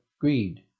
greed